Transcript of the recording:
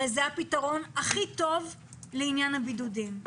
הרי זה הפתרון הכי טוב לעניין הבידודים.